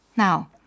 Now